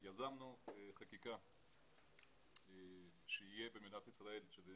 יזמנו חקיקה שתהיה במדינת ישראל שהיא